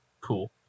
cool